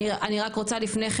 אני רק רוצה לפני כן,